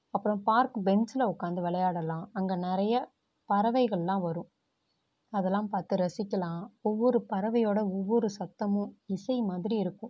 அப்புறோம் பார்க்கு பெஞ்சில் உக்காந்து விளையாடலாம் அங்கே நிறைய பறவைகள்லாம் வரும் அதெல்லாம் பார்த்து ரசிக்கலாம் ஒவ்வொரு பறவையோடய ஒவ்வொரு சத்தமும் இசை மாதிரி இருக்கும்